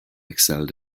excelled